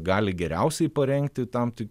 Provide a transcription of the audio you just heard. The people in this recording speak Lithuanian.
gali geriausiai parengti tam tik